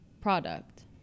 product